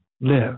live